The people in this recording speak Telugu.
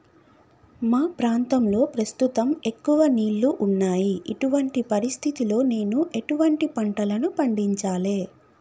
మా ప్రాంతంలో ప్రస్తుతం ఎక్కువ నీళ్లు ఉన్నాయి, ఇటువంటి పరిస్థితిలో నేను ఎటువంటి పంటలను పండించాలే?